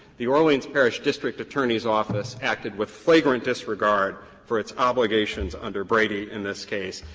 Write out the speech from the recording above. the orleans parish district attorney's office acted with flagrant disregard for its obligations under brady in this case.